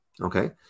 okay